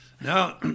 Now